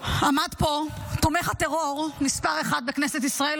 עמד פה תומך הטרור מס' אחת בכנסת ישראל,